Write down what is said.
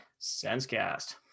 Sensecast